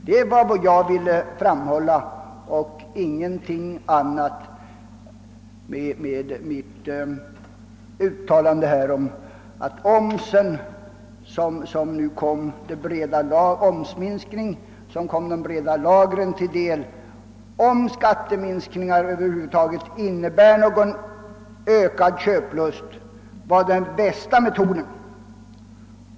Detta och ingenting annat var vad jag ville framhålla med mitt uttalande att en sänkning av omsättningsskatten skulle komma de breda lagren till del. Om skatteminskningar över huvud taget leder till ökad köplust är detta enligt min mening den bästa metoden.